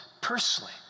personally